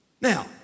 Now